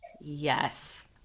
Yes